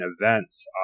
events